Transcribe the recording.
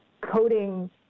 coding